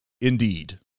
indeed